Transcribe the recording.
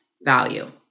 value